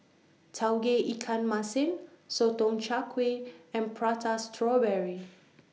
Tauge Ikan Masin Sotong Char Kway and Prata Strawberry